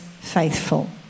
faithful